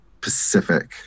Pacific